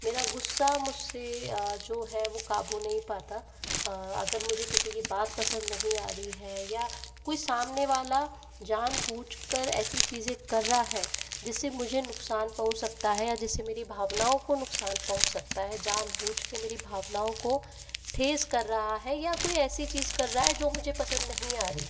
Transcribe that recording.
मेरा गुस्सा मुझसे जो है वो काबू नहीं पाता अगर मुझे किसी की बात पसंद नहीं आ रही है या कोई सामने वाला जानबूझ कर ऐसी चीज़ें कर रहा है जिससे मुझे नुकसान पहुँच सकता है या जिससे मेरी भावनाओं को नुकसान पहुँच सकता है जानबूझ के मेरी भावनाओं को ठेस कर रहा है या कोई ऐसी चीज़ कर रहा है जो मुझे पसंद नहीं आ रही